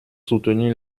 soutenir